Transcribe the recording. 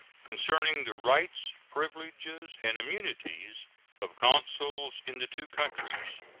concerning the rights, privileges, and immunities of consuls in the two countries,